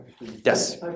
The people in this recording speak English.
Yes